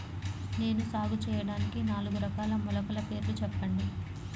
నేను సాగు చేయటానికి నాలుగు రకాల మొలకల పేర్లు చెప్పండి?